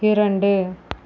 இரண்டு